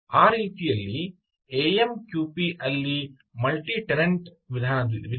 ಆದ್ದರಿಂದ ಆ ರೀತಿಯಲ್ಲಿ ಎಎಮ್ಕ್ಯುಪಿ ಅಲ್ಲಿ ಮಲ್ಟಿಟೆನಂಟ್ ವಿಧಾನವಿದೆ